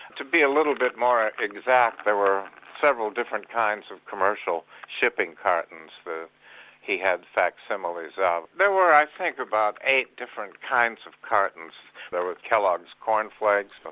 to be a little bit more exact, there were several different kinds of commercial shipping cartons that he had facsimiles of. there were, i think, about eight different kinds of cartons there were kellog's cornflakes,